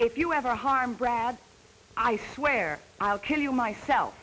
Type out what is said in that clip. if you ever harm brad i swear i'll kill you myself